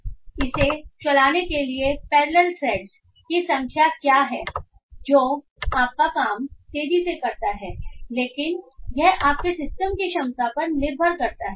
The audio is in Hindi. इसे चलाने के लिए पैरलल थरेडस की संख्या क्या है जो आपका काम तेजी से करता है लेकिन यह आपके सिस्टम की क्षमता पर निर्भर करता है